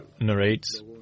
narrates